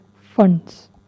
funds